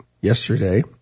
yesterday